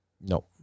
No